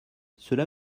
cela